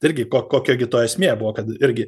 irgi ko kokia gi to esmė buvo kad irgi